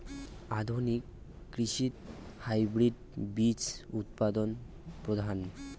আধুনিক কৃষিত হাইব্রিড বীজ উৎপাদন প্রধান